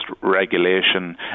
regulation